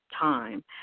time